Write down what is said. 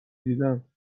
دیدم